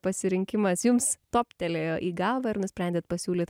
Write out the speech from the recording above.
pasirinkimas jums toptelėjo į galvą ir nusprendėt pasiūlyt